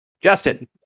Justin